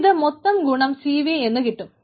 ഇത് മൊത്തം ഗുണം സിവി എന്ന് കിട്ടും